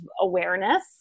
awareness